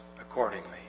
accordingly